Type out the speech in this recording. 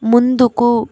ముందుకు